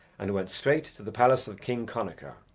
and went straight to the palace of king connachar.